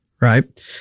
right